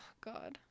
God